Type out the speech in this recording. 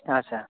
आच्छा